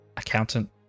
Accountant